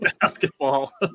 Basketball